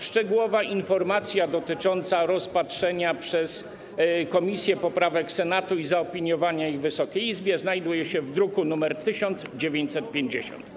Szczegółowa informacja dotycząca rozpatrzenia przez komisję poprawek Senatu i zaopiniowania ich Wysokiej Izbie znajduje się w druku nr 1950.